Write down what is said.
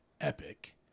epic